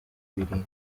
birindwi